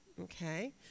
Okay